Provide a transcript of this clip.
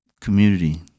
community